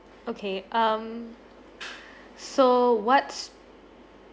okay um so what's